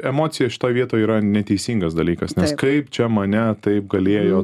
emocija šitoj vietoj yra neteisingas dalykas nes kaip čia mane taip galėjo